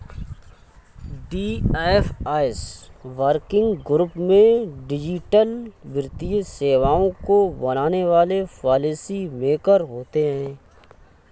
DFS working group में digital वित्तीय सेवाओं को बनाने वाले पॉलिसी मेकर होते हैं